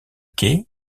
quais